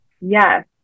Yes